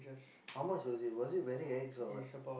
how much was it was it very ex or what